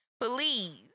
Please